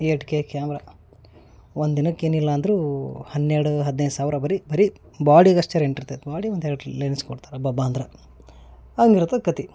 eight K camera ಒಂದು ದಿನಕ್ಕೆ ಏನಿಲ್ಲ ಅಂದರೂ ಹನ್ನೆರಡು ಹದಿನೈದು ಸಾವಿರ ಬರೇ ಬರೇ ಬಾಡಿಗಷ್ಟೇ ರೆಂಟ್ ಇರ್ತೈತೆ ಬಾಡಿ ಒಂದು ಎರಡು ಲೆನ್ಸ್ ಕೊಡ್ತಾರೆ ಅಬ್ಬಬ್ಬಾ ಅಂದ್ರೆ ಹಂಗಿರ್ತೈತ್ ಕಥೆ